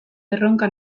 erronka